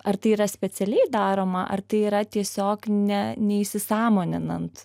ar tai yra specialiai daroma ar tai yra tiesiog ne neįsisąmoninant